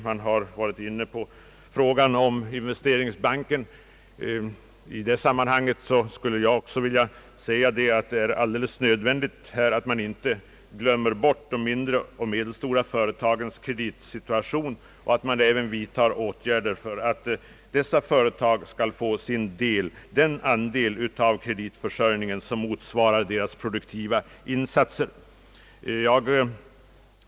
Man har varit inne på frågan om investeringsbanken, I det sammanhanget skulle jag också vilja säga, att det är alldeles nödvändigt att man här inte glömmer bort de mindre och medelstora företagens kreditsituation och att man även vidtar åtgärder för att dessa företag skall få den andel av kreditförsörjningen som motsvarar deras produktiva insatser.